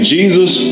Jesus